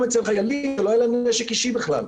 אצל חיילים שלא היה להם נשק אישי בכלל.